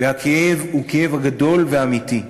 והכאב הוא כאב גדול ואמיתי,